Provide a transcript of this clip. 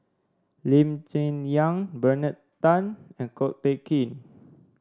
Lee Cheng Yan Bernard Tan and Ko Teck Kin